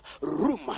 Room